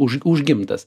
už užgimtas